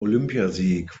olympiasieg